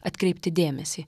atkreipti dėmesį